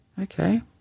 Okay